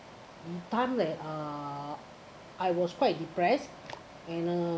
time like uh I was quite depressed